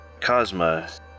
Cosma